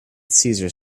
cesar